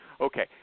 Okay